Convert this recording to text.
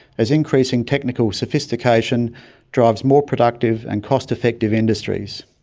as increasing technical sophistication drives more productive and cost-effective industries.